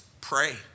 Pray